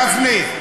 גפני,